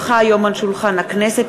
כי הונחה היום על שולחן הכנסת,